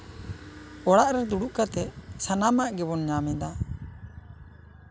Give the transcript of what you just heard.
ᱚᱲᱟᱜ ᱨᱮ ᱫᱩᱲᱩᱵ ᱠᱟᱛᱮᱜ ᱥᱟᱱᱟᱢᱟᱜ ᱜᱮᱵᱚᱱ ᱧᱟᱢ ᱮᱫᱟ